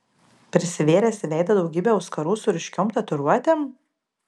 prisivėręs į veidą daugybę auskarų su ryškiom tatuiruotėm